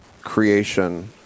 creation